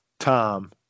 Tom